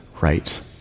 right